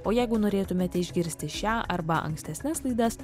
o jeigu norėtumėte išgirsti šią arba ankstesnes laidas